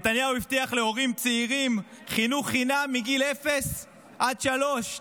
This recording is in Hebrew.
נתניהו הבטיח להורים צעירים חינוך חינם מגיל אפס עד שלוש.